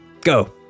Go